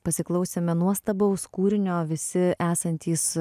pasiklausėme nuostabaus kūrinio visi esantys